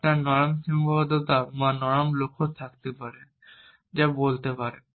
আপনার নরম সীমাবদ্ধতা বা নরম লক্ষ্য থাকতে পারে যা বলতে পারে